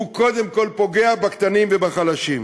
הוא קודם כול פוגע בקטנים ובחלשים.